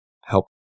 help